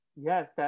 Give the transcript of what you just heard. Yes